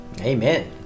amen